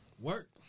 Work